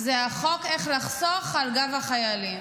זה החוק איך לחסוך על גב החיילים.